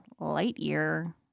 Lightyear